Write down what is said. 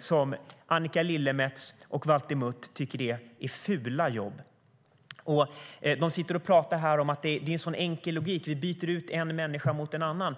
som Annika Lillemets och Walter Mutt tycker är fula jobb. De pratar här om att det är så enkelt. Man byter bara ut en människa mot en annan.